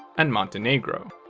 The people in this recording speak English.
and montenegro.